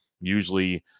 usually